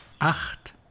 Acht